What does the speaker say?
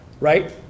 right